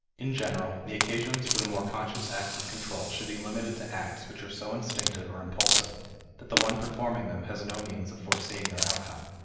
in general, the occasion for the more conscious acts of control should be limited to acts which are so instinctive or impulsive that the one performing them has no means of foreseeing their outcome.